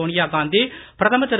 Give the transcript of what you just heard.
சோனியா காந்தி பிரதமர் திரு